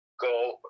go